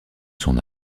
son